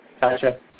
Gotcha